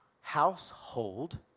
household